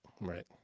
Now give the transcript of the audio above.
Right